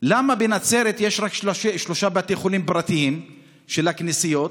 למה בנצרת יש רק שלושה בתי חולים פרטיים של הכנסיות?